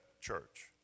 church